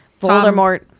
Voldemort